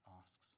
asks